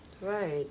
Right